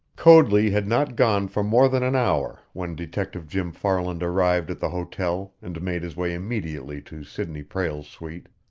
coadley had not gone for more than an hour when detective jim farland arrived at the hotel and made his way immediately to sidney prale's suite.